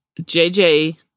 JJ